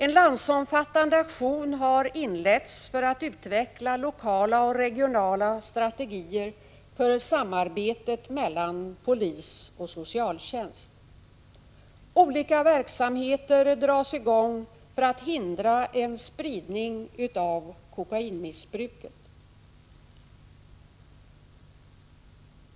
En landsomfattande aktion har inletts för att utveckla lokala och regionala strategier för samarbetet mellan polis och socialtjänst. Olika verksamheter dras i gång för att hindra en spridning av kokainmissbruket.